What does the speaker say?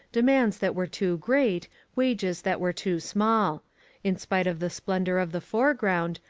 demands that were too great, wages that were too small in spite of the splendour of the foreground,